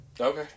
Okay